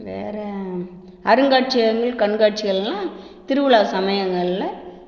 வேற அருங்காட்சியகங்கள் கண்காட்சிகள்லாம் திருவிழா சமயங்கள்ல